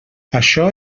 això